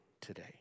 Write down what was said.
today